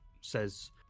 says